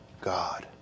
God